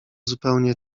zupełnie